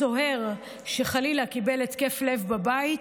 סוהר שחלילה קיבל התקף לב בבית,